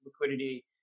liquidity